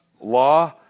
law